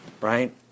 Right